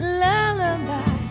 lullaby